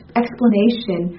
explanation